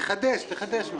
תחדש, תחדש.